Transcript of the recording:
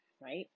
right